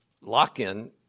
lock-in